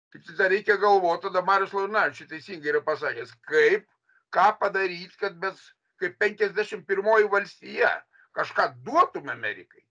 tai tada reikia galvot tada marius laurinavičius teisingai yra pasakęs kaip ką padaryt kad nes kaip penkiasdešim pirmoji valstija kažką duotum amerikai